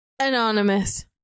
Anonymous